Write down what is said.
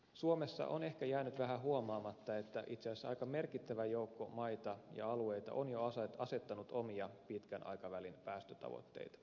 suomessa on ehkä jäänyt vähän huomaamatta että itse asiassa aika merkittävä joukko maita ja alueita on jo asettanut omia pitkän aikavälin päästötavoitteita